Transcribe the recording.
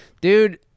Dude